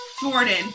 Jordan